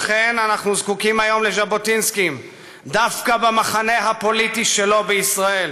אכן אנחנו זקוקים היום לז'בוטינסקים דווקא במחנה הפוליטי שלו בישראל,